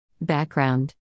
Background